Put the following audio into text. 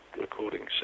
recording